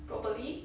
properly